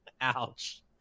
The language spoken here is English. Ouch